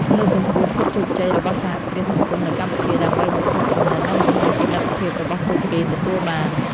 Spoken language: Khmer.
លើកកម្ពស់ភាពជោគជ័យរបស់សហគ្រាសសង្គមនៅកម្ពុជា ដើម្បីបំផុសគំនិត និងបង្ហាញពីលទ្ធភាពរបស់ពួកគេទទួលបាន ។